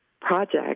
project